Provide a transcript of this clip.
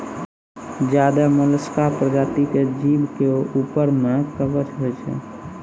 ज्यादे मोलसका परजाती के जीव के ऊपर में कवच होय छै